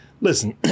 listen